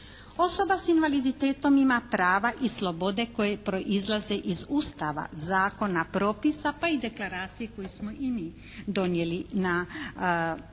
Osoba s invaliditetom ima prava i slobode koje proizlaze iz Ustava, zakona, propisa, pa i deklaracije koje smo i mi donijeli u ovom